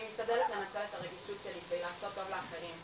אני משתדלת לנצל את הרגישות שלי כדי לעשות טוב לאחרים.